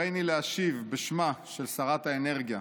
הריני להשיב בשמה של שרת האנרגיה.